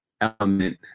element